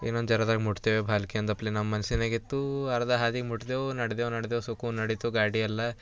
ಇನ್ನೊಂದು ಜರದಾಗೆ ಮುಟ್ತೇವು ಭಾಲ್ಕಿ ಅಂದಪ್ಪಲೆ ನಮ್ಮ ಮನ್ಸಿನಾಗೆ ಇತ್ತು ಅರ್ಧ ಹಾದಿ ಮುಟ್ಟಿದೆವು ನಡ್ದೆವು ನಡ್ದೆವು ಸುಕೂನ್ ನಡೀತು ಗಾಡಿಯೆಲ್ಲ